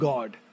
God